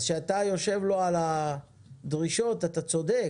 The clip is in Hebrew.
כאשר אתה מציג לו את הדרישות אתה צודק,